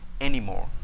anymore